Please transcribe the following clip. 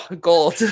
gold